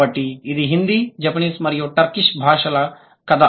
కాబట్టి ఇది హిందీ జపనీస్ మరియు టర్కిష్ భాషల కథ